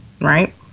right